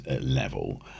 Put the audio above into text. level